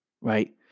right